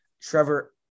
Trevor